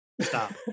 stop